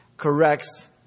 corrects